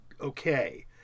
okay